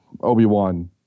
Obi-Wan